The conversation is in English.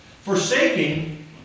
Forsaking